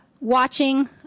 Watching